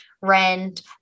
rent